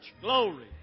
glory